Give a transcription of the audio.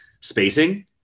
spacing